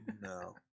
No